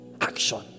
Action